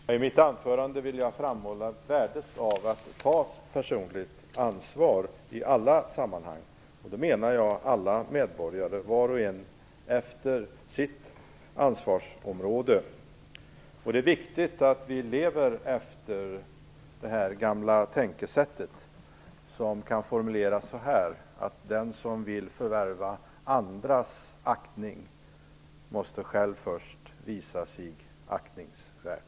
Fru talman! I mitt anförande ville jag framhålla värdet av att ta personligt ansvar i alla sammanhang. Då avsåg jag alla medborgare, var och en på sitt ansvarsområde. Det är viktigt att vi lever efter det gamla tänkesättet att den som vill förvärva andras aktning måste själv först visa sig aktningsvärd.